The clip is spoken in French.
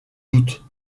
doute